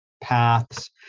paths